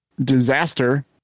Disaster